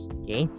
okay